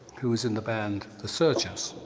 who was in the band the searchers,